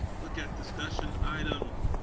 look at discussion item,